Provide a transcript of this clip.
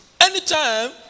Anytime